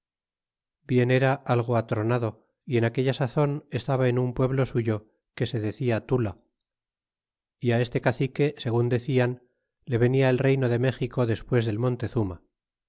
bien era algo atronado y en aquella sazon estaba en un pueblo suyo que se decia tula y este cacique segun decian le venia el reyno de méxico despues del montezuma